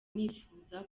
nifuza